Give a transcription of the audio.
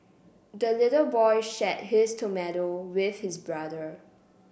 the little boy shared his tomato with his brother